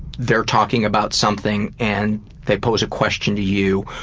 they're talking about something, and they pose a question to you.